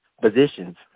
positions